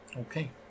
Okay